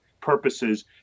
purposes